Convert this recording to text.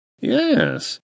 Yes